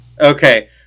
Okay